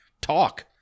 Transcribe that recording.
talk